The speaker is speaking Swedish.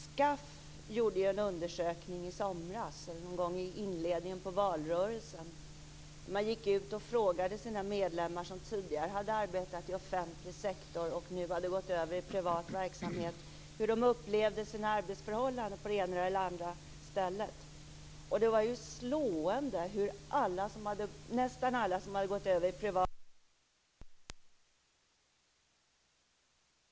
SKAF gjorde en undersökning i somras, någon gång under inledningen av valrörelsen, då man gick ut och frågade sina medlemmar som tidigare hade arbetat i offentlig sektor och nu hade gått över i privat verksamhet hur de upplevde sina arbetsförhållanden på det ena eller andra stället. Och det var slående hur nästan alla som hade gått över i privat verksamhet vittnade om att de var mycket mer tillfreds med sin arbetssituation. De tyckte att de hade fått större möjlighet till påverkan på det egna arbetet, planering av arbetstider osv.